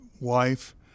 wife